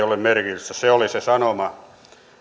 ole merkitystä se oli se sanoma